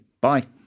Bye